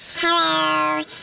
Hello